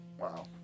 Wow